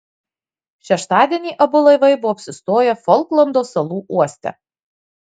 šeštadienį abu laivai buvo apsistoję folklando salų uoste